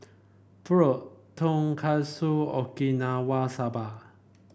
Pho Tonkatsu Okinawa Saba